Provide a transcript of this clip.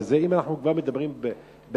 אם אנחנו כבר מדברים בהלוואות,